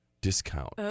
discount